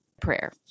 prayer